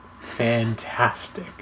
Fantastic